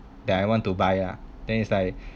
that I want to buy ah then it's like